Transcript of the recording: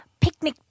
picnic